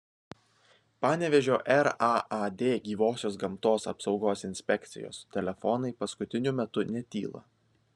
panevėžio raad gyvosios gamtos apsaugos inspekcijos telefonai paskutiniu metu netyla